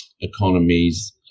economies